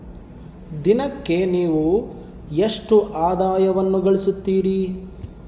ದಿನಕ್ಕೆ ನೇವು ಎಷ್ಟು ಆದಾಯವನ್ನು ಗಳಿಸುತ್ತೇರಿ?